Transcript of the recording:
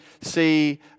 see